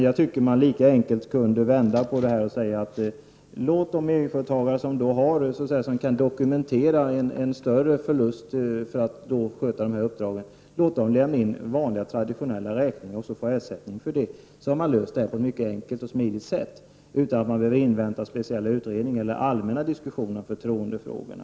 Jag tycker att man lika enkelt kunde vända på det och säga: Låt de egenföretagare som kan dokumentera en större förlust för att sköta de här uppdragen lämna in traditionella räkningar och få ersättning för dem, så har man löst det på ett mycket enkelt och smidigt sätt utan att man behöver invänta speciella utredningar eller allmänna diskussioner i förtroendefrågorna.